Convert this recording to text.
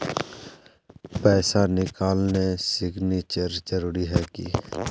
पैसा निकालने सिग्नेचर जरुरी है की?